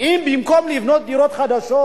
אם במקום לבנות דירות חדשות,